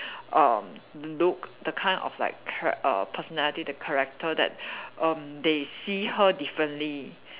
err look the kind of like chara~ err personality the character that erm they see her differently